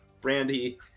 brandy